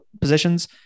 positions